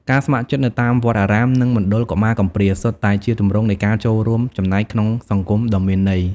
ការស្ម័គ្រចិត្តនៅតាមវត្តអារាម និងមណ្ឌលកុមារកំព្រា សុទ្ធតែជាទម្រង់នៃការចូលរួមចំណែកក្នុងសង្គមដ៏មានន័យ។